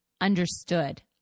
understood